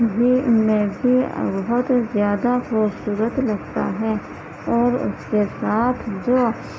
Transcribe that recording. بھی میں بھی بہت زیادہ خوبصورت لگتا ہے اور اس کے ساتھ جو